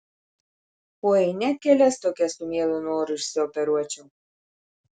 oi net kelias tokias su mielu noru išsioperuočiau